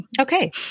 okay